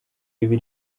ibi